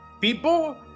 people